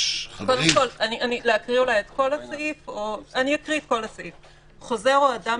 אני אקריא את כל הסעיף: "חוזר או אדם